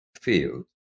field